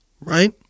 right